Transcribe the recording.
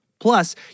Plus